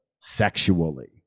sexually